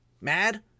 mad